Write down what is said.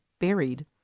buried